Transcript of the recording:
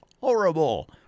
horrible